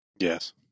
Yes